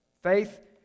Faith